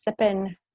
sipping